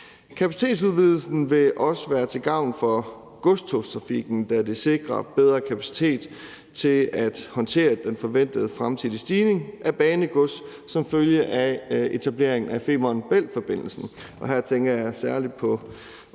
Kapacitetsudvidelsen vil også være til gavn for godstogstrafikken, da det sikrer bedre kapacitet til at håndtere den forventede fremtidige stigning af banegods som følge af etableringen af Femern Bælt-forbindelsen,